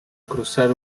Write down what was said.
cruzar